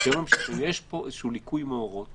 יש פה איזה ליקוי מאורות